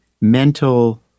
mental